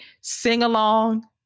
sing-along